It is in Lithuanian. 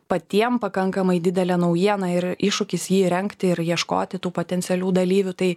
patiem pakankamai didelė naujiena ir iššūkis jį įrengti ir ieškoti tų potencialių dalyvių tai